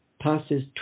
passes